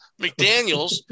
McDaniels